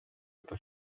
эту